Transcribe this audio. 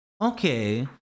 Okay